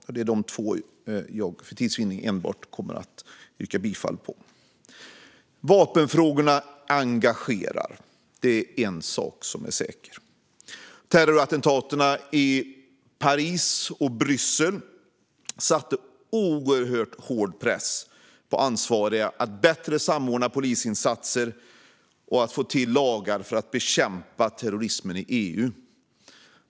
För tids vinning yrkar jag bifall enbart till dessa två reservationer. Vapenfrågorna engagerar; det är en sak som är säker. Terrorattentaten i Paris och Bryssel satte oerhört hård press på ansvariga att bättre samordna polisinsatser och få till lagar för att bekämpa terrorismen i EU.